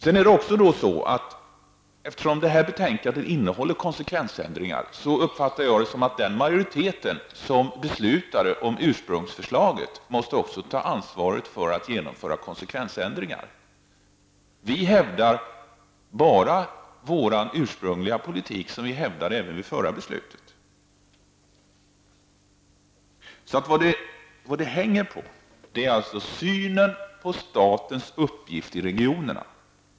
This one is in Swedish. Det här betänkandet gäller ju bl.a. konsekvensändringar. Jag har den uppfattningen att det är den majoritet som står bakom det ursprungliga förslaget som måste ta ansvar för genomförandet av konsekvensändringar. Vi hävdar bara vår ursprungliga politik, som vi höll oss till även i samband med förra beslutet. Vad det här bygger på är alltså synen på statens uppgift i regionerna.